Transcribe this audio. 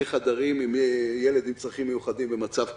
חדרים עם ילד עם צרכים מיוחדים במצב קיצון.